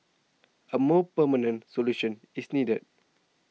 a more permanent solution is needed